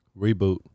Reboot